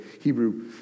Hebrew